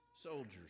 soldiers